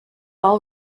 all